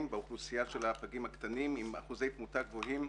באוכלוסייה של הפגים הקטנים עם אחוזי תמותה גבוהים.